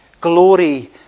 glory